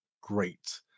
great